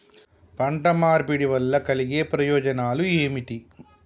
పంట మార్పిడి వల్ల కలిగే ప్రయోజనాలు ఏమిటి?